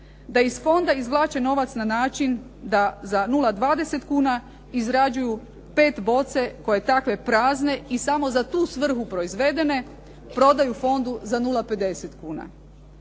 da iz fonda izvlače novac na način da za 0,20 kuna izrađuju PET boce koje takve prazne i samo za tu svrhu proizvedene prodaju fondu za 0,50 kuna.